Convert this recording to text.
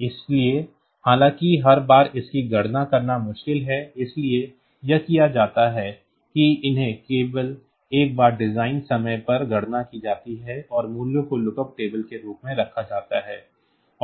इसलिए हालांकि हर बार इसकी गणना करना मुश्किल है इसलिए यह किया जाता है कि उन्हें केवल एक बार डिज़ाइन समय पर गणना की जाती है और मूल्यों को लुकअप टेबल के रूप में रखा जाता है